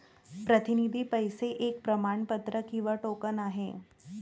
प्रतिनिधी पैसे एक प्रमाणपत्र किंवा टोकन आहे